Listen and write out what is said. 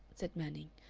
said manning.